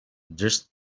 dressed